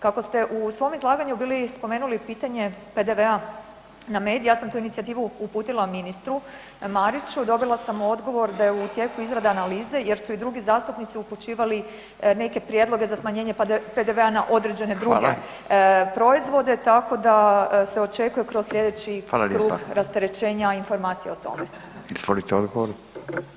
Kako ste u svom izlaganju bili spomenuli pitanje PDV-a na med, ja sam tu inicijativu uputila ministru Mariću, dobila sam odgovor da je u tijeku izrada analize jer su i drugi zastupnici upućivali neke prijedloge za smanjenje PDV-a na određene druge [[Upadica: Hvala.]] proizvode tako da se očekuje kroz sljedeći [[Upadica: Hvala lijepa.]] krug rasterećenja informacija o tome.